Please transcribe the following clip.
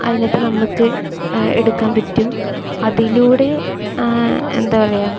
അതിനകത്ത് നമുക്ക് എടുക്കാൻ പറ്റും അതിലൂടെ എന്താ പറയുക